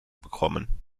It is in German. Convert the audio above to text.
bekommen